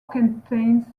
contains